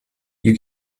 you